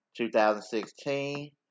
2016